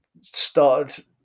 started